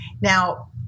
Now